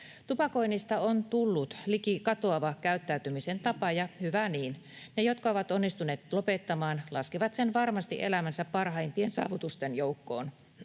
Tupakoinnista on tullut liki katoava käyttäytymisen tapa, ja hyvä niin. Ne, jotka ovat onnistuneet lopettamaan, laskevat sen varmasti elämänsä parhaimpien saavutusten joukkoon.